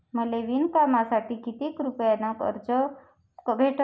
मले विणकामासाठी किती रुपयानं कर्ज भेटन?